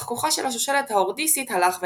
אך כוחה של השושלת האורדיסית הלך ונחלש.